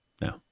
no